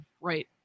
right